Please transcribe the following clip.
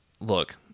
Look